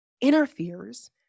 interferes